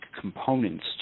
components